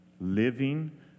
Living